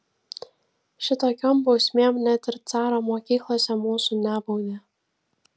šitokiom bausmėm net ir caro mokyklose mūsų nebaudė